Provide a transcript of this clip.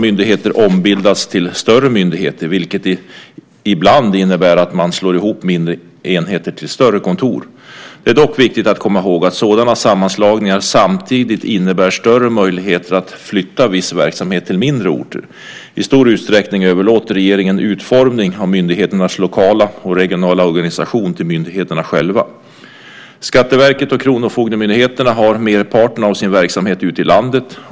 Myndigheter har ombildats till större myndigheter, vilket ibland inneburit att man slagit ihop mindre enheter till större kontor. Det är dock viktigt att komma ihåg att sådana sammanslagningar samtidigt innebär större möjligheter att flytta viss verksamhet till mindre orter. I stor utsträckning överlåter regeringen utformningen av myndigheternas lokala och regionala organisation till myndigheterna själva. Skatteverket och kronofogdemyndigheterna har merparten av sin verksamhet ute i landet.